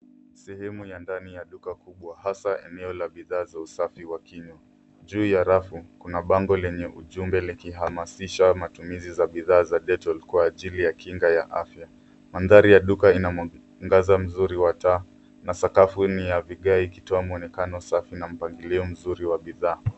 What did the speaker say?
Sehemu ya ndani ya duka kubwa hasa eneo la bidhaa za usafi wa kinywa. Juu ya rafu kuna bango lenye ujumbe likihamasisha matumizi za bidhaa za Dettol kwa ajili ya kinga ya afya. Mandhari ya duka ina mwangaza mzuri wa taa na sakaru ni ya vigae ikitoa mwonekano safi na mpangilio mzuri wa bidhaa.